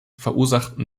verursachten